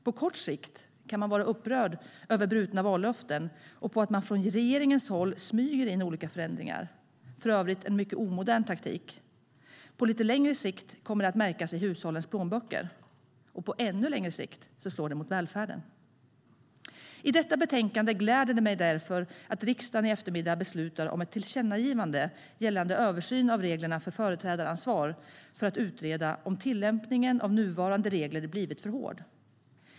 På kort sikt kan man vara upprörd över brutna vallöften och på att man från regeringens håll smyger in olika förändringar - för övrigt en mycket omodern taktik. På lite längre sikt kommer det att märkas i hushållens plånböcker. Och på ännu längre sikt slår det mot välfärden. När det gäller detta betänkande gläder det mig därför att riksdagen i eftermiddag kommer att besluta om ett tillkännagivande till regeringen, gällande översyn av reglerna för företrädaransvar, att utreda om tillämpningen av nuvarande regler blivit för hård.